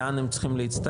תמונה לאן הם רוצים להצטרף?